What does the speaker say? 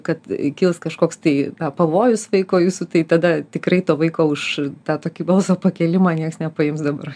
kad kils kažkoks tai na pavojus vaiko jūsų tai tada tikrai to vaiko už tą tokį balso pakėlimą nieks nepaims dabar